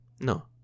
No